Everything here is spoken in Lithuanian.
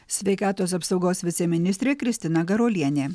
sveikatos apsaugos viceministrė kristina garuolienė